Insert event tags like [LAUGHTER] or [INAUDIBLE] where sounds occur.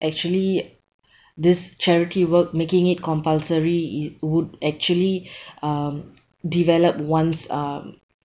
actually this charity work making it compulsory i~ would actually [BREATH] um develop one's um